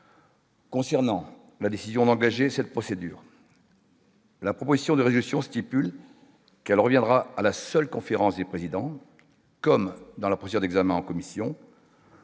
Concernant la décision d'engager cette procédure. La proposition de régression stipule qu'elle reviendra à la seule conférence des présidents comme dans la prison d'examen en commission.